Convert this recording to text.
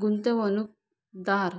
गुंतवणूकदार